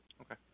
Okay